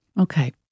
Okay